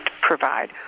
provide